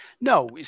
No